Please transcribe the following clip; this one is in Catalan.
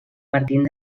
partint